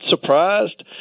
surprised